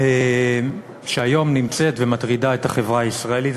שהיום נמצאת ומטרידה את החברה הישראלית,